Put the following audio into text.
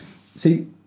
See